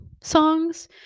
songs